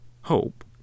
hope